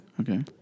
okay